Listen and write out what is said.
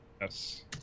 Yes